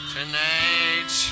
Tonight